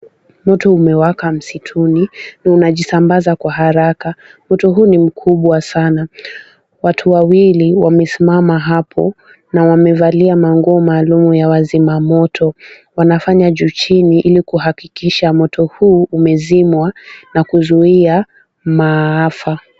Moto umewaka msituni na unajisambaza kwa haraka. Moto huu ni mkubwa sana. Watu wawili wamesimama hapo na wamevalia manguo maalum ya wazima moto. Wanafanya juu chini ili kuhakikisha moto huu umezimwa na kuzuia maafa.